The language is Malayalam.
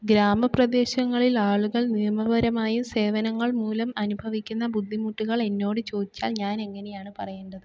ഗ്രാമ പ്രദേശങ്ങളിൽ ആളുകൾ നിയമപരമായും സേവനങ്ങൾ മൂലം അനുഭവിക്കുന്ന ബുദ്ധിമുട്ടുകൾ എന്നോട് ചോദിച്ചാൽ ഞാൻ എങ്ങനെയാണ് പറയേണ്ടത്